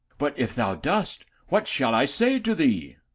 but, if thou dost, what shall i say to thee?